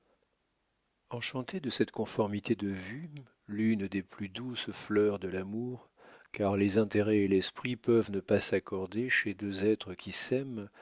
enchantée de cette conformité de vues l'une des plus douces fleurs de l'amour car les intérêts et l'esprit peuvent ne pas s'accorder chez deux êtres qui s'aiment